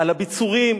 על הביצורים.